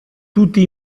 tutti